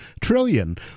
trillion